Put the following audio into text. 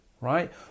Right